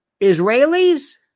Israelis